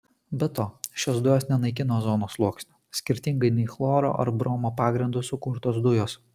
be to šios dujos nenaikina ozono sluoksnio skirtingai nei chloro ar bromo pagrindu sukurtos dujos